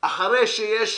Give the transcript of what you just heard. אחרי שיש